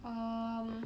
um